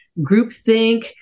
Groupthink